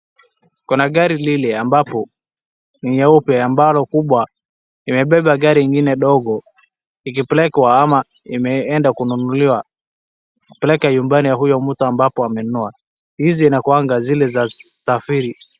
Kuna gari lile ambapo ni nyeupe ambalo kubwa imebeba gari ingine ndogo ikipelekwa ama imeenda kununuliwa, kupeleka nyumbani ya huyo mtu ambapo amenunua, hizi zinakuwanga zile za usafiri.